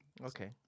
Okay